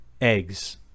eggs